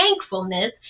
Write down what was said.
thankfulness